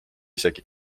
isegi